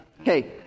Okay